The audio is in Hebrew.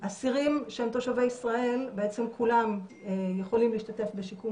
אסירים שהם תושבי ישראל בעצם כולם יכולים להשתתף בשיקום